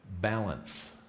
balance